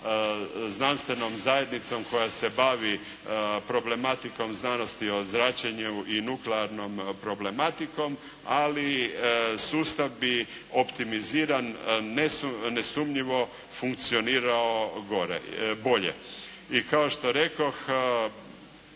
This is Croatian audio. znanstvenom zajednicom koja se bavi problematikom znanosti o zračenju i nuklearnom problematikom ali sustav bi optimiziran nesumnjivo funkcionirao bolje. I kao što rekoh,